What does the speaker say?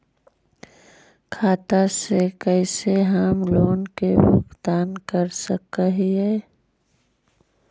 खाता से कैसे हम लोन के भुगतान कर सक हिय?